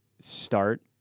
start